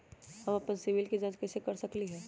हम अपन सिबिल के जाँच कइसे कर सकली ह?